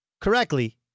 correctly